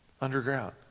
underground